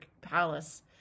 Palace